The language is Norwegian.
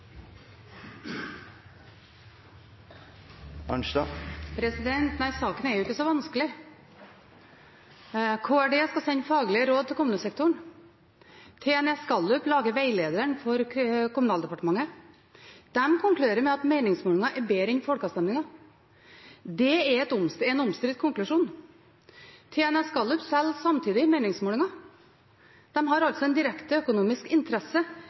jo ikke så vanskelig. Kommunal- og moderniseringsdepartementet skal sende faglige råd til kommunesektoren. TNS Gallup lager veilederen for Kommunal- og moderniseringsdepartementet. De konkluderer med at meningsmålinger er bedre enn folkeavstemninger. Det er en omstridt konklusjon. TNS Gallup selger samtidig meningsmålinger. De har altså en direkte økonomisk interesse